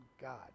God